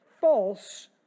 false